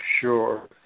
Sure